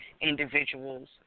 individuals